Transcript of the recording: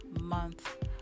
month